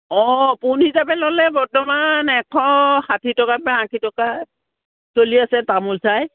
অঁ পোণ হিচাপে ল'লে বৰ্তমান এশ ষাঠি টকাৰপৰা আশী টকা চলি আছে তামোল চাই